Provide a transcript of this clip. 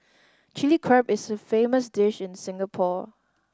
Chilli Crab is a famous dish in Singapore